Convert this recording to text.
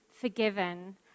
forgiven